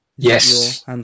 yes